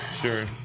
Sure